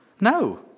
No